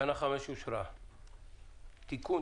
תיקון